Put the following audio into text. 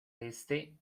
este